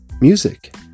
Music